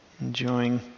enjoying